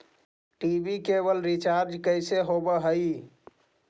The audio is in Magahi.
टी.वी केवल रिचार्ज कैसे होब हइ?